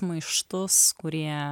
maištus kurie